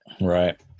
Right